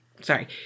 Sorry